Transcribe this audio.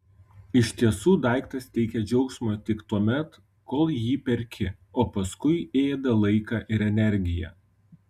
iš tiesų daiktas teikia džiaugsmo tik tuomet kol jį perki o paskui ėda laiką ir energiją